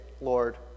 Lord